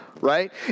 right